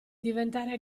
diventare